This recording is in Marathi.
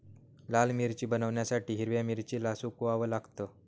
लाल मिरची बनवण्यासाठी हिरव्या मिरचीला सुकवाव लागतं